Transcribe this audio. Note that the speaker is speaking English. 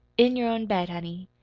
in your own bed honey.